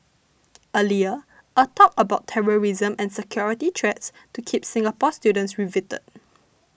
earlier a talk about terrorism and security threats to keep Singapore students riveted